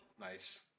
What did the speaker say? Nice